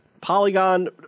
Polygon